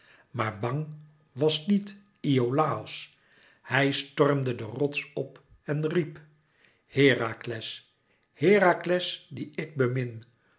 maar bang was niet iolàos hij stormde den rots op en riep herakles herakles dien ik bemin